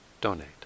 donate